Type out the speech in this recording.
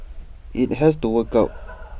IT has to work out